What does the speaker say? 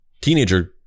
teenager